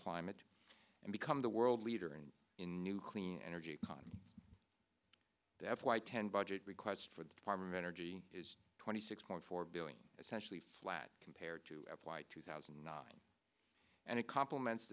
climate and become the world leader and in new clean energy that's why ten budget request for the department of energy is twenty six point four billion essentially flat compared to apply two thousand and nine and it compliments